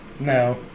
No